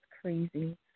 crazy